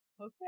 Okay